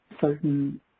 certain